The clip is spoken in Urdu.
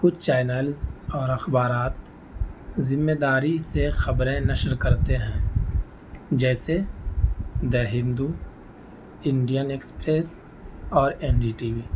کچھ چینلز اور اخبارات ذمہ داری سے خبریں نشر کرتے ہیں جیسے دا ہندو انڈین ایکسپریس اور این ڈی ٹی وی